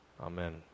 Amen